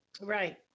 Right